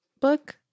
book